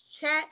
chat